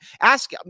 ask